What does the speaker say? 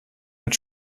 mit